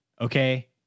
okay